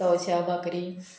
तवशा बाकरी